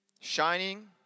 Shining